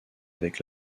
avec